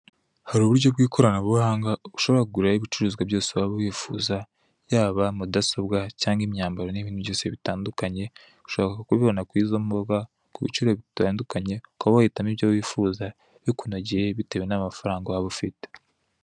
Hari uburyo bw'ikoranabuhanga ushobora kuguriraho ibicuruzwa byose waba wifuza, yaba mudasobwa cyangwa imyambaro n'ibindi byose bitandukanye ushobora kubibona ku izo mbuga ku biciro bitandukanye ukaba wahitamo ibyo wifuza bikunogeye bitewe n'amafaranga waba ufite.